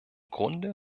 grunde